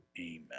Amen